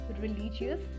religious